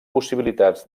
possibilitats